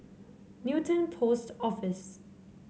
Newton Post Office